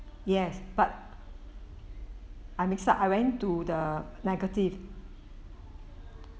yes but I mixed up I went to the negative